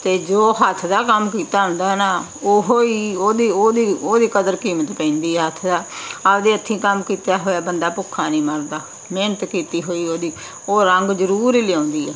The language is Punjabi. ਅਤੇ ਜੋ ਹੱਥ ਦਾ ਕੰਮ ਕੀਤਾ ਹੁੰਦਾ ਨਾ ਉਹ ਹੀ ਉਹਦੀ ਉਹਦੀ ਉਹਦੀ ਕਦਰ ਕੀਮਤ ਪੈਂਦੀ ਆ ਹੱਥ ਦਾ ਆਪਦੇ ਹੱਥੀਂ ਕੰਮ ਕੀਤਾ ਹੋਇਆ ਬੰਦਾ ਭੁੱਖਾ ਨਹੀਂ ਮਰਦਾ ਮਿਹਨਤ ਕੀਤੀ ਹੋਈ ਉਹਦੀ ਉਹ ਰੰਗ ਜ਼ਰੂਰ ਲਿਆਉਂਦੀ ਹੈ